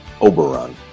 Oberon